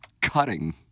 cutting